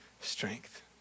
strength